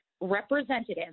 Representative